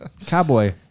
cowboy